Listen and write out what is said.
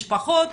משפחות